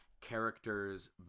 character's